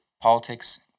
politics